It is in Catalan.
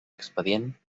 expedient